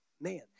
man